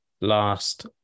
last